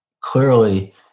clearly